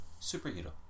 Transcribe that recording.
superhero